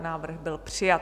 Návrh byl přijat.